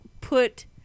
put